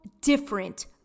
different